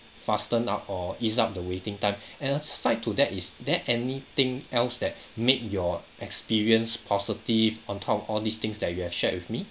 fasten up or ease up the waiting time and aside to that is there anything else that make your experience positive on top of all these things that you have shared with me